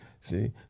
See